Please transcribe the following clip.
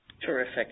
Terrific